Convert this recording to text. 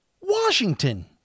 Washington